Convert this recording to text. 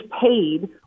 paid